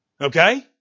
okay